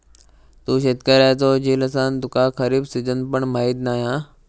तू शेतकऱ्याचो झील असान तुका खरीप सिजन पण माहीत नाय हा